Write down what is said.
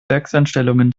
werkseinstellungen